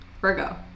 Virgo